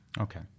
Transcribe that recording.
Okay